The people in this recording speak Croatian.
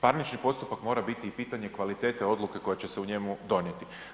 Parnični postupak mora biti i pitanje kvalitete odluke koja će se i njemu donijeti.